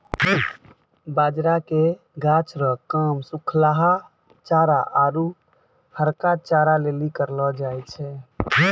बाजरा के गाछ रो काम सुखलहा चारा आरु हरका चारा लेली करलौ जाय छै